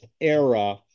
era